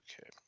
Okay